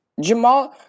Jamal